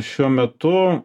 šiuo metu